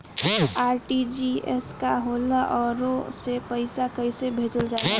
RTGS का होला आउरओ से पईसा कइसे भेजल जला?